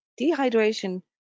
Dehydration